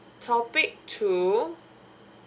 topic two